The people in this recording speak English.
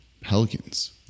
pelicans